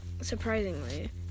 surprisingly